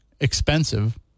expensive